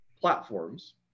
platforms